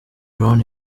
brown